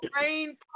rain